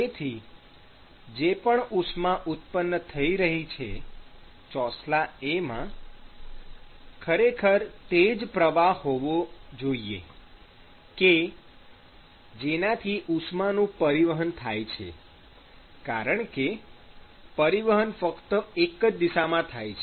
તેથી જે પણ ઉષ્મા ઉત્પન્ન થઈ રહી છે ચોસલા A માં ખરેખર તે જ પ્રવાહ હોવો જોઈએ કે જેનાથી ઉષ્માનું પરિવહન થાય છે કારણ કે પરિવહન ફક્ત એક જ દિશામાં થાય છે